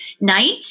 night